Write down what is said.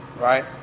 right